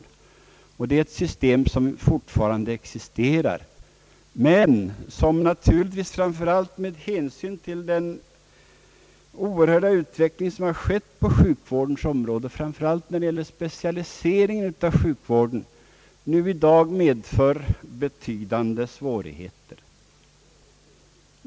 Detta är ett system som fortfarande existerar men som framför allt med hänsyn till den kraftiga utveckling som skett på sjukvårdens område — särskilt i fråga om specialisering av sjukvården — nu i dag naturligtvis medför betydande svårigheter.